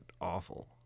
awful